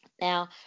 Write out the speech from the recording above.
Now